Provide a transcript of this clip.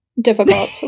difficult